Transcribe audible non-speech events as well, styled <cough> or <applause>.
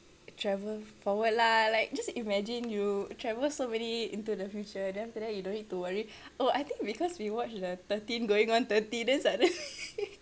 travel forward lah like just imagine you travel so many into the future then after that you don't need to worry oh I think because we watch the thirteen going on thirty then suddenly <laughs>